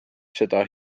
seda